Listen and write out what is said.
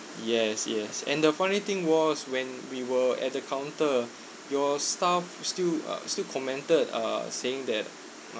yes yes and the funny thing was when we were at the counter your staff still uh still commented uh saying that